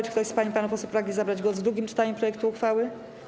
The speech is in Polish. Czy ktoś z pań i panów posłów pragnie zabrać głos w drugim czytaniu projektu uchwały?